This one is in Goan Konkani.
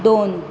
दोन